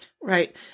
Right